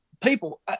people